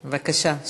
בבקשה.